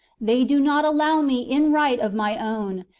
they do not allow me in right of my own,